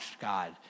God